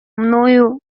мною